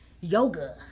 yoga